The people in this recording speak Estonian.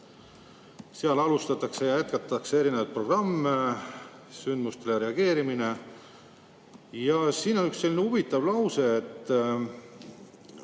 Alustatakse ja jätkatakse erinevaid programme. Sündmustele reageerimine. Ja siin on üks selline huvitav lause: "[…]